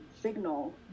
signal